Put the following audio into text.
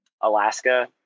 Alaska